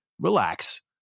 relax